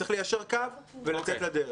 צריך ליישר קו ולצאת לדרך.